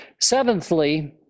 Seventhly